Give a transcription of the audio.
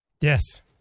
Yes